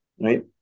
Right